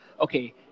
okay